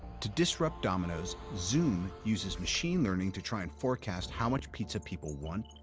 to disrupt domino's, zume uses machine learning to try and forecast how much pizza people want,